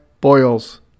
boils